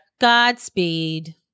Godspeed